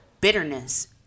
bitterness